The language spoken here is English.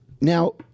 now